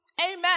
Amen